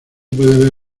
puede